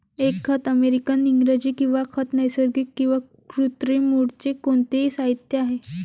एक खत अमेरिकन इंग्रजी किंवा खत नैसर्गिक किंवा कृत्रिम मूळचे कोणतेही साहित्य आहे